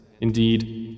indeed